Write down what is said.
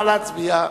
נא להצביע.